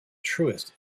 truest